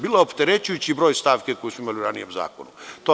Bio je opterećujući broj stavki koje smo imali u ranijem zakonu.